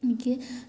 എനിക്ക്